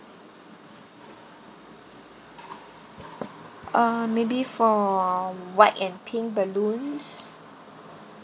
uh maybe from white and pink balloons